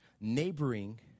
Neighboring